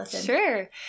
Sure